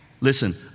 listen